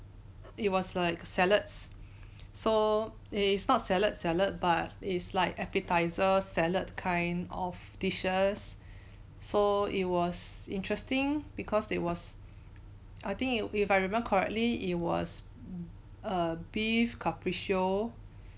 it was like salads so it is not salad salad but it's like appetiser salad kind of dishes so it was interesting because it was I think if I remember correctly it was a beef carpaccio